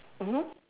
mmhmm